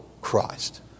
Christ